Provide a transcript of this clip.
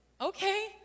okay